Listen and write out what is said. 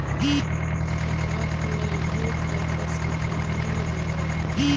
खतवा खोलैलहो तव पसबुकवा मिल गेलो?